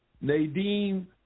Nadine